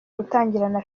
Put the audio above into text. gutangirana